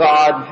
God